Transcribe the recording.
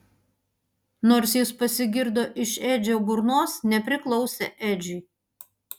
nors jis pasigirdo iš edžio burnos nepriklausė edžiui